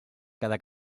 cada